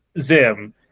Zim